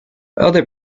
other